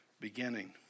beginning